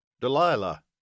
Delilah